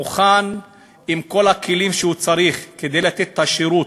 מוכן עם כל הכלים שהוא צריך כדי לתת את השירות,